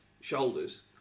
shoulders